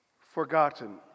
forgotten